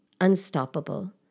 unstoppable